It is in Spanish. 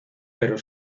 pero